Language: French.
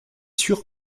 sûr